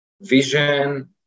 vision